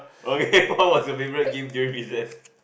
okay what was your favourite game during recess